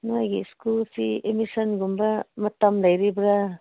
ꯅꯈꯣꯏꯒꯤ ꯁ꯭ꯀꯨꯜꯁꯤ ꯑꯦꯗꯃꯤꯁꯟꯒꯨꯝꯕ ꯃꯇꯝ ꯂꯩꯔꯤꯕ꯭ꯔꯥ